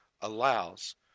allows